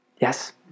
Yes